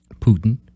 Putin—